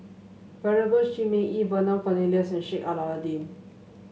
Venerable Shi Ming Yi Vernon Cornelius and Sheik Alau'ddin